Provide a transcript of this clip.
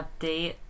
update